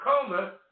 coma